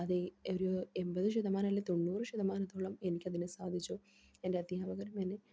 അത് ഒരു എപത് ശതമാനം അല്ലേ തൊണ്ണൂറ് ശതമാനത്തോളം എനിക്കതിനെ സാധിച്ചു എൻ്റെ അധ്യാപകരമ എന്നെ